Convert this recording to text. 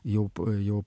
jau po jau